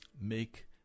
make